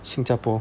新加坡